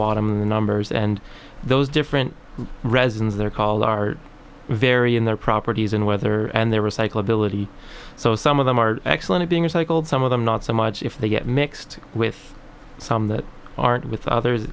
bottom of the numbers and those different resins their color are vary in their properties in weather and their recyclability so some of them are excellent being recycled some of them not so much if they get mixed with some that aren't with others